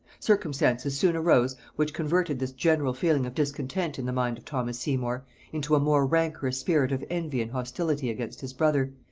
circumstances soon arose which converted this general feeling of discontent in the mind of thomas seymour into a more rancorous spirit of envy and hostility against his brother,